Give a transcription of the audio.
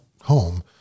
home